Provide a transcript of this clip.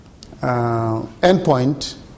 endpoint